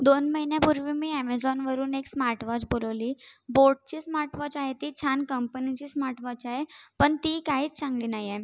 दोन महिन्यापूर्वी मी ॲमेझॉनवरून एक स्मार्टवॉच बोलवली बोटची स्मार्टवॉच आहे ती छान कंपनीची स्मार्टवॉच आहे पण ती काहीच चांगली नाही आहे